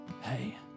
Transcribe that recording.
hey